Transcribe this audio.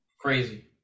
Crazy